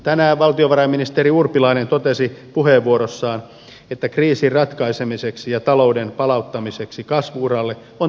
tänään valtiovarainministeri urpilainen totesi puheenvuorossaan että kriisin ratkaisemiseksi ja talouden palauttamiseksi kasvu uralle on tehtävä kaikki